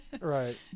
Right